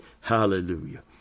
Hallelujah